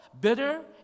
bitter